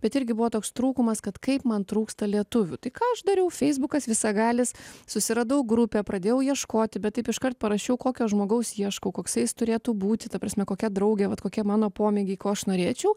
bet irgi buvo toks trūkumas kad kaip man trūksta lietuvių tai ką aš dariau feisbukas visagalis susiradau grupę pradėjau ieškoti bet taip iškart parašiau kokio žmogaus ieškau koksai jis turėtų būti ta prasme kokia draugė vat kokie mano pomėgiai ko aš norėčiau